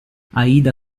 aida